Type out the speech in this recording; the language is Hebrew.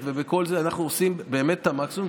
ובכל זה אנחנו עושים באמת את המקסימום.